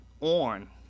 on